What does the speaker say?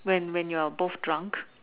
when when you are both drunk